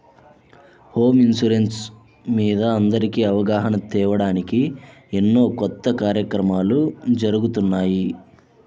home insurance మీద అందరికీ అవగాహన తేవడానికి ఎన్నో కొత్త కార్యక్రమాలు జరుగుతున్నాయి